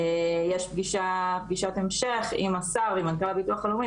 יש פגישת המשך עם השר ועם מנכ"ל הביטוח הלאומי,